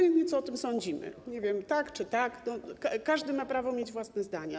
Obojętnie, co o tym sądzimy, nie wiem, tak czy tak, każdy ma prawo mieć własne zdanie.